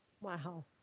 Wow